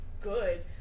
good